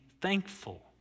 thankful